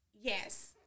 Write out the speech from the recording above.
Yes